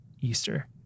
Easter